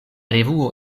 revuo